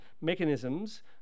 mechanisms